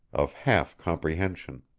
of half comprehension.